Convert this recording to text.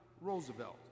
Roosevelt